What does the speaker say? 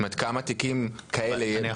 זאת אומרת, כמה תיקים כאלה יש שמטופלים כרגע?